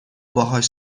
باهاش